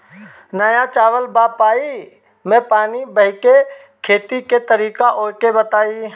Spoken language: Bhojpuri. नया चलल बा पाईपे मै पानी बहाके खेती के तरीका ओके बताई?